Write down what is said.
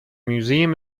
museum